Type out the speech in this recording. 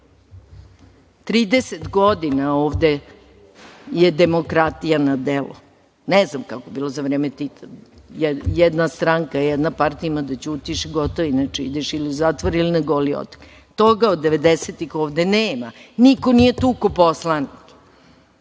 godina je ovde demokratija na delu. Ne znam kako je bilo za vreme Tita, jedna stranka, jedna partija, ima da ćutiš i gotovo, inače ideš ili u zatvor ili na Goli otok. Toga od devedesetih ovde nema. Niko nije tukao poslanike.